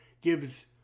gives